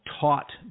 taught